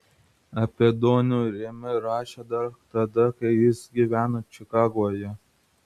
apie donių remį rašė dar tada kai jis gyveno čikagoje